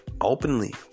openly